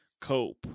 cope